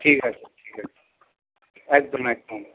ঠিক আছে ঠিক আছে একদম একদম